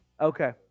Okay